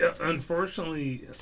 Unfortunately